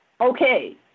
Okay